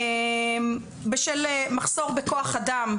בשל מחסור בכוח-אדם,